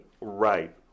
right